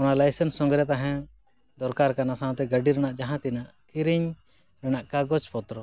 ᱚᱱᱟ ᱞᱟᱭᱥᱮᱱᱥ ᱥᱚᱝᱜᱮᱨᱮ ᱛᱟᱦᱮᱸ ᱫᱚᱨᱠᱟᱨ ᱠᱟᱱᱟ ᱥᱟᱶᱛᱮ ᱜᱟᱺᱰᱤ ᱨᱮᱱᱟᱜ ᱡᱟᱦᱟᱸ ᱛᱤᱱᱟᱹᱜ ᱠᱤᱨᱤᱧ ᱨᱮᱱᱟᱜ ᱠᱟᱜᱚᱡᱽ ᱯᱚᱛᱛᱨᱚ